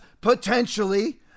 potentially